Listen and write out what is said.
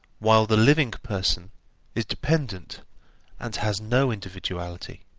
while the living person is dependent and has no individuality.